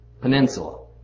Peninsula